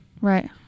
Right